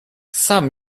sam